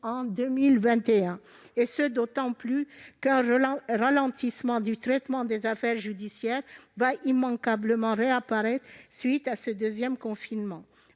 en 2021, et ce d'autant plus qu'un ralentissement du traitement des affaires judiciaires se produira immanquablement à la suite de ce deuxième confinement.